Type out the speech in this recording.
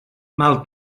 mal